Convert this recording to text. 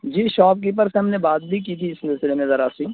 جی shopkeeper سے ہم نے بات بھی کی تھی اس سلسلے میں ذرا سی